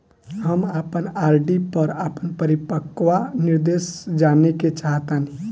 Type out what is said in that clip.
हम अपन आर.डी पर अपन परिपक्वता निर्देश जानेके चाहतानी